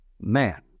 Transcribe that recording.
man